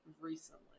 recently